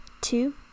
two